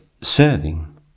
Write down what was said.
serving